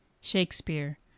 Shakespeare